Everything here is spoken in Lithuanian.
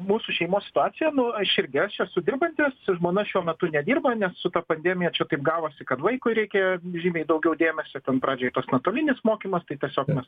mūsų šeimos situacija nu aš irgi aš esu dirbantis žmona šiuo metu nedirba nes su ta pandemija čia kaip gavosi kad vaikui reikia žymiai daugiau dėmesio ten pradžioj ir tas nuotolinis mokymas tai tiesiog mes